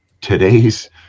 today's